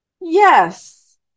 yes